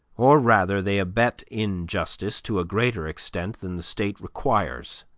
or rather they abet injustice to a greater extent than the state requires.